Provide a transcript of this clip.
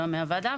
אלא מהוועדה,